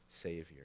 Savior